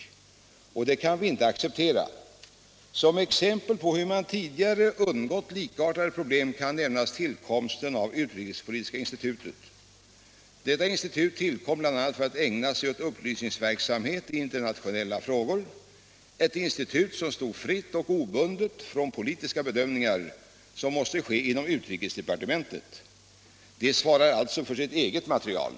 Det - Nr 96 kan vi inte acceptera. Som exempel på hur man tidigare undgått likartade Fredagen den problem kan nämnas tillkomsten av Utrikespolitiska institutet. Detta — 25 mars 1977 institut tillkom bl.a. för att ägna sig åt upplysningsverksamhet i internationella frågor — ett institut som stod fritt och obundet från de po = Anslag inom litiska bedömningar som måste ske inom utrikesdepartementet. De svarar — utrikesdepartemenför sitt eget material.